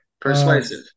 Persuasive